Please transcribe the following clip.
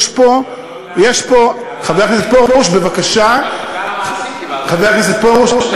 יש פה, לא בגלל המילים, זה